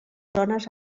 zones